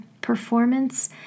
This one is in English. performance